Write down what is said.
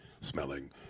smelling